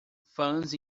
fãs